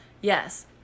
Yes